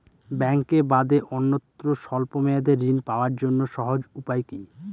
ব্যাঙ্কে বাদে অন্যত্র স্বল্প মেয়াদি ঋণ পাওয়ার জন্য সহজ উপায় কি?